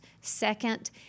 second